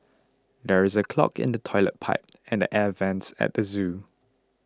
there is a clog in the Toilet Pipe and the Air Vents at the zoo